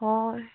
হয়